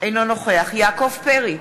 אינו נוכח יעקב פרי,